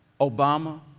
Obama